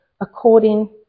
according